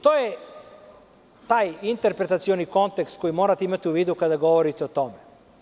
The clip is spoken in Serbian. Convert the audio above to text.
To je taj interpretacioni kontekst koji morate imati u vidu kada govorite o tome.